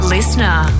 Listener